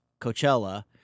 Coachella